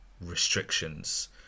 restrictions